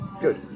Good